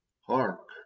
hark